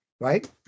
right